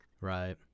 Right